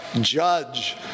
judge